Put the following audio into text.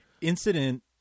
incident